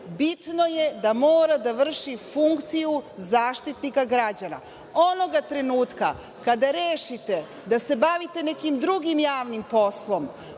bitno je da mora da vrši funkciju Zaštitnika građana. Onoga trenutka kada rešite da se bavite nekim drugim javnim poslom,